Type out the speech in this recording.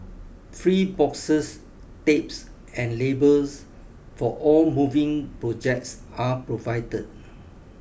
free boxes tapes and labels for all moving projects are provided